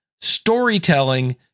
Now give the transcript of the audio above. storytelling